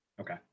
Okay